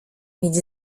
mieć